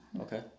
Okay